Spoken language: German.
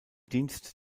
dienst